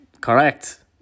correct